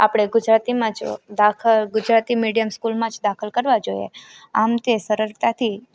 આપણે ગુજરાતીમાં જ દાખલ ગુજરાતી મીડિયમ સ્કૂલમાં જ દાખલ કરવા જોઈએ આમ તે સરળતાથી